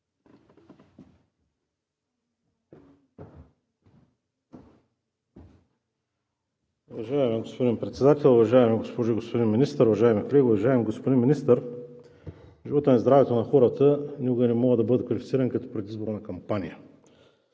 Уважаеми господин Председател, уважаеми госпожо и господин министри, уважаеми колеги! Уважаеми господин Министър, животът и здравето на хората никога не могат да бъдат квалифицирани като предизборна кампания.